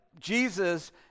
Jesus